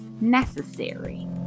necessary